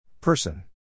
Person